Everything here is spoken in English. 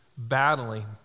battling